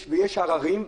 יש עררים,